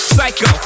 Psycho